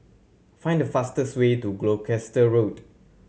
find the fastest way to Gloucester Road